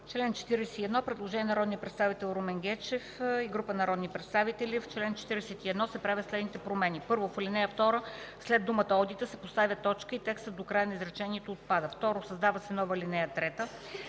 Член 41 – предложение на народния представител Румен Гечев и група народни представители: „В чл. 41 се правят следните промени: 1. В ал. 2 след думата „одита” се поставя точка и текстът до края на изречението отпада. 2. Създава се нова ал.